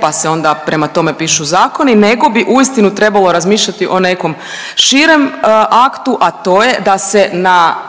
pa se onda prema tome pišu zakoni nego bi uistinu trebalo razmišljati o nekom širem aktu, a to je da se na